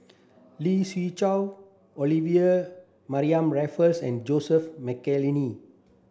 Lee Siew Choh Olivia Mariamne Raffles and Joseph Mcnally